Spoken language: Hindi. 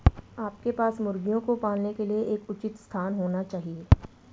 आपके पास मुर्गियों को पालने के लिए एक उचित स्थान होना चाहिए